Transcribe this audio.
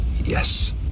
Yes